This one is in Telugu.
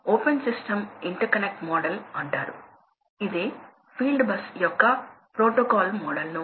ఇప్పుడు ఈ గాలి లేదా నీటి డిమాండ్ అన్ని సమయాలలో ఒకేలా ఉండదు కాబట్టి ప్రవాహాన్ని నియంత్రించాలి